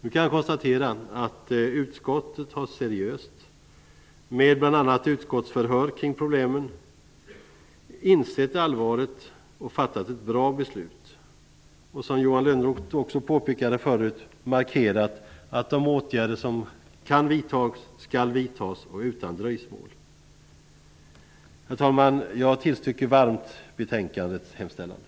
Nu kan jag konstatera att utskottet har, med bl.a. utskottsförhör kring problemen, insett allvaret och kommit fram till ett bra förslag och, som Johan Lönnroth påpekade förut, markerat att de åtgärder som kan vidtas skall vidtas utan dröjsmål. Herr talman! Jag tillstyrker varmt hemställan i betänkandet.